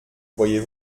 voyez